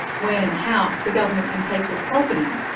when and how the government can take your property,